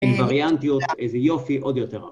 אין וריאנטיות, איזה יופי, עוד יותר רע.